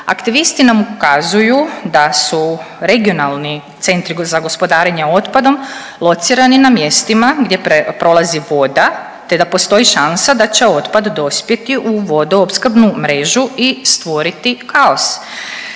Aktivisti nam ukazuju da su regionalni centri za gospodarenje otpadom locirani na mjestima gdje prolazi voda te da postoji šansa da će otpad dospjeti u vodoopskrbnu mrežu i stvoriti kaos.